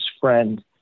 friend